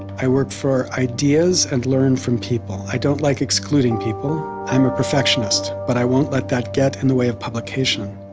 i work for ideas and learn from people. i don't like excluding people. i'm a perfectionist, but i won't let that get in the way of publication.